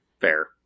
fair